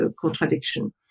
contradiction